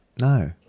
No